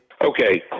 Okay